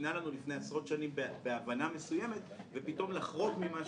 שניתנו לנו לפני עשרות שנים בהבנה מסוימת ופתאום לחרוג ממה